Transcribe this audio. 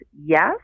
yes